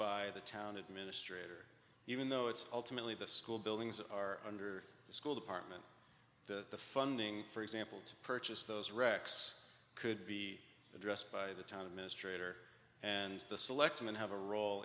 by the town administrator even though it's ultimately the school buildings are under the school department the funding for example to purchase those wrecks could be addressed by the time is traitor and the selectmen have a role